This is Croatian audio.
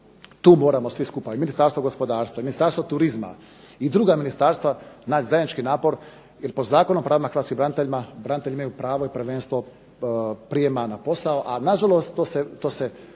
tu moramo svi skupa i Ministarstvo gospodarstva i Ministarstvo turizma i druga ministarstva naći zajednički napor, jer po Zakonu o pravima hrvatskim braniteljima, branitelji imaju pravo i prvenstvo prijema na posao, a na žalost to se